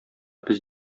без